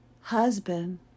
husband